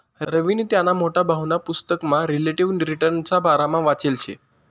रवीनी त्याना मोठा भाऊना पुसतकमा रिलेटिव्ह रिटर्नना बारामा वाचेल शे